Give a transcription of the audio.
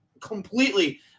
completely –